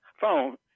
phone